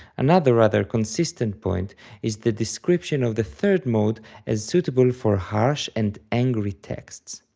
another rather consistent point is the description of the third mode as suitable for harsh and angry texts.